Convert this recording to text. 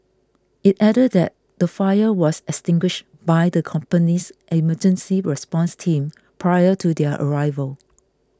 it added that the fire was extinguished by the company's emergency response team prior to their arrival